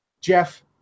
Jeff